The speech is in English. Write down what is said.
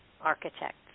architect